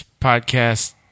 podcast